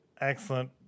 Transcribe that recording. excellent